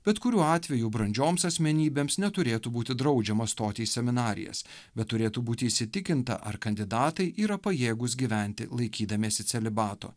bet kuriuo atveju brandžioms asmenybėms neturėtų būti draudžiama stoti į seminarijas bet turėtų būti įsitikinta ar kandidatai yra pajėgūs gyventi laikydamiesi celibato